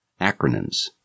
Acronyms